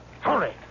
Hurry